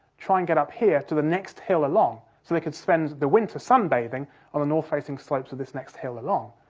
try and get up here to the next hill along, so they could spent the winter sunbathing on the north facing slopes of this next hill along.